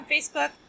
facebook